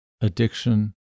addiction